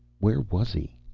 where was he?